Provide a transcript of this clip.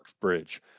bridge